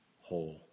whole